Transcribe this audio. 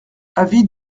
avis